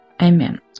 amen